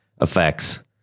effects